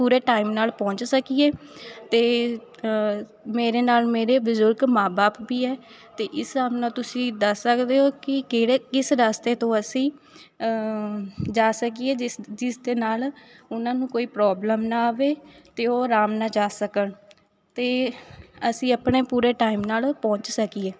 ਪੂਰੇ ਟਾਈਮ ਨਾਲ਼ ਪਹੁੰਚ ਸਕੀਏ ਅਤੇ ਮੇਰੇ ਨਾਲ਼ ਮੇਰੇ ਬਜ਼ੁਰਗ ਮਾਂ ਬਾਪ ਵੀ ਹੈ ਅਤੇ ਇਸ ਹਿਸਾਬ ਨਾਲ ਤੁਸੀਂ ਦੱਸ ਸਕਦੇ ਹੋ ਕਿ ਕਿਹੜੇ ਕਿਸ ਰਸਤੇ ਤੋਂ ਅਸੀਂ ਜਾ ਸਕੀਏ ਜਿਸ ਦੇ ਨਾਲ਼ ਉਹਨਾਂ ਨੂੰ ਕੋਈ ਪ੍ਰੋਬਲਮ ਨਾ ਆਵੇ ਅਤੇ ਉਹ ਆਰਾਮ ਨਾਲ ਜਾ ਸਕਣ ਅਤੇ ਅਸੀਂ ਆਪਣੇ ਪੂਰੇ ਟਾਈਮ ਨਾਲ਼ ਪਹੁੰਚ ਸਕੀਏ